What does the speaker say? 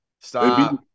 Stop